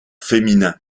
féminin